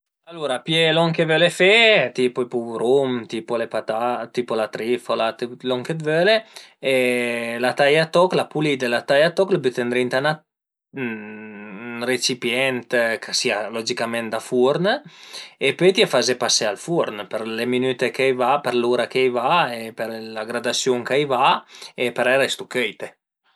Alura pìe lon che völe fe, tipo i pruvun, tipo le patate, tipo la triffa, tüt lon che völe e la taie a toch, la pulide, la taie a toch, lu büte ëndrinta a ün recipient ch'a sia logicament da furn e pöi t'ie faze pasé al furn për le minüte ch'a i va, per l'ura ch'a i va e per la gradasiun ch'a i va e parei a restu cöite